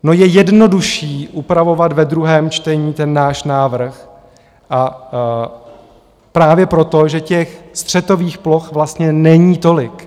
No, je jednodušší upravovat ve druhém čtení ten náš návrh, a právě proto, že těch střetových ploch vlastně není tolik.